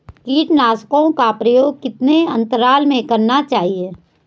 कीटनाशकों का प्रयोग कितने अंतराल में करना चाहिए?